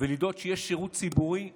ולדאוג שיש שירות ציבורי טוב,